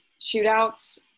shootouts